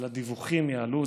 אבל הדיווחים יעלו.